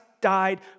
died